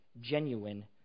genuine